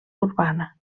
urbana